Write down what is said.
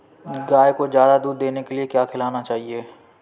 गाय को ज्यादा दूध देने के लिए क्या खिलाना चाहिए?